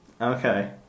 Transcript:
Okay